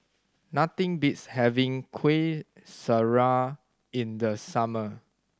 nothing beats having Kuih Syara in the summer